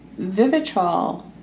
Vivitrol